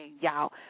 y'all